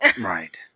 Right